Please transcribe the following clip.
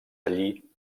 allí